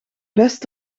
best